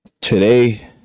today